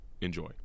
enjoy